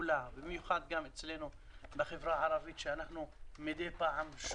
במיוחד אצלנו בחברה הערבית כאשר מדי פעם אנחנו